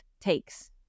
takes